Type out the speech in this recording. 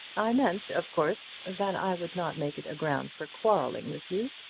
i meant, of course, that i would not make it a ground for quarrelling with you.